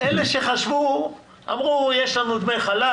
אלה שחשבו, אמרו: יש לנו דמי חל"ת.